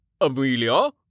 Amelia